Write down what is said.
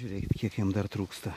žiūrėkit kiek jam dar trūksta